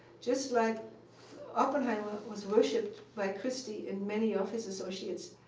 just like oppenheimer was worshipped by christy and many of his associates.